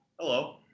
Hello